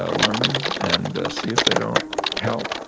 ah learn em and see if they don't help